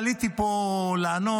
עליתי פה לענות